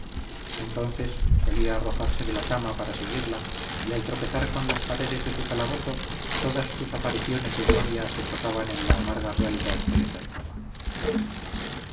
entonces solía arrojarse de la cama para seguirla y al tropezar con las paredes de su calabozo todas sus apariciones de gloria se trocaban en la amarga realidad que le cercaba